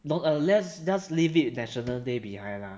long let's just leave it national day behind lah